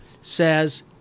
says